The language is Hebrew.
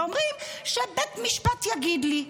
ואומרים: שבית משפט יגיד לי.